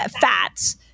fats